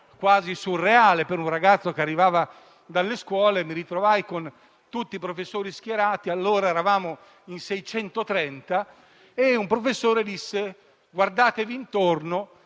quasi surreale per un ragazzo che arrivava dalle scuole, mi ritrovai con tutti i professori schierati, allora eravamo in 630, e un professore disse di guardarci intorno